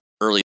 early